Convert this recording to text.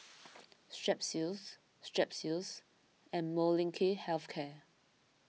Strepsils Strepsils and Molnylcke Health Care